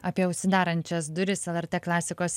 apie užsidarančias duris lrt klasikos